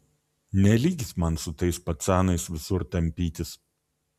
ne lygis man su tais pacanais visur tampytis